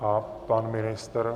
A pan ministr...